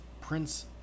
Prince